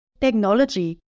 technology